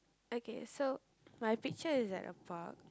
okay so my picture is at a park